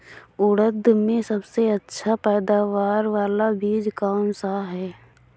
उड़द में सबसे अच्छा पैदावार वाला बीज कौन सा है?